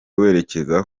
werekeza